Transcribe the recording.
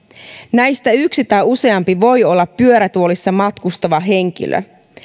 näistä yksi tai useampi voi olla pyörätuolissa matkustava henkilö